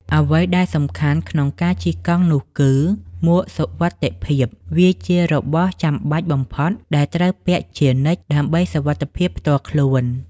អ្វីដែលសំខាន់ក្នុងការជិះកង់នោះគឺ មួកសុវត្ថិភាព វាជារបស់ចាំបាច់បំផុតដែលត្រូវពាក់ជានិច្ចដើម្បីសុវត្ថិភាពផ្ទាល់ខ្លួន។